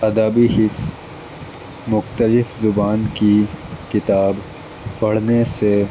ادبی حس مختلف زبان کی کتاب پڑھنے سے